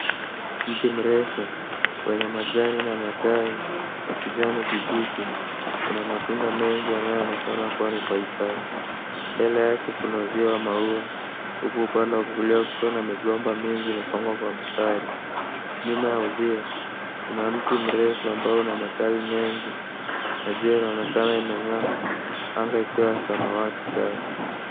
Mti mrefu, wenye majani na matawi ya kijani kibichi, una matunda mengi yanayoonekana kuwa ni papai. Mbele yake kuna uzio wa maua, huku upande wa kulia kukiwa na migomba mingi imepangwa kwa mstari. Nyuma ya uzio, kuna mti mrefu ambao una matawi mengi, na jua linaonekana limeng'a anga likiwa samawati safi.